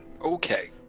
Okay